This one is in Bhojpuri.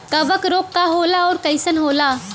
कवक रोग का होला अउर कईसन होला?